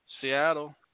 Seattle